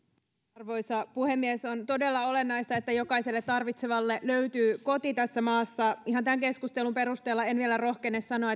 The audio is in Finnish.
arvoisa puhemies on todella olennaista että jokaiselle tarvitsevalle löytyy koti tässä maassa ihan tämän keskustelun perusteella en vielä rohkene sanoa